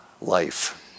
Life